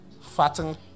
Fatten